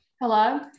Hello